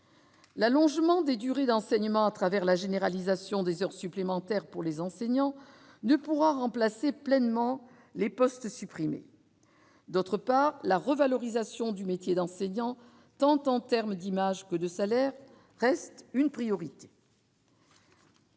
L'allongement des durées d'enseignement à travers la généralisation des heures supplémentaires pour les enseignants ne pourra remplacer pleinement les postes supprimés, d'autre part, la revalorisation du métier d'enseignant, tant en terme d'image que de salaire reste une priorité.